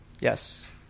Yes